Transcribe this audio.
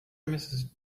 mrs